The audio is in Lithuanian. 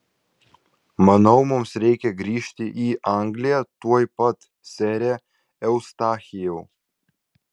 manau mums reikia grįžti į angliją tuoj pat sere eustachijau